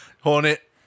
Hornet